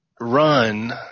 run